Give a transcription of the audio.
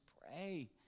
pray